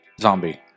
Zombie